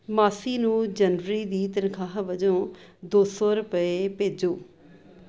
ਮਾਸੀ ਨੂੰ ਜਨਵਰੀ ਦੀ ਤਨਖਾਹ ਵਜੋਂ ਦੋ ਸੌ ਰੁਪਏ ਭੇਜੋ